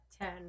ten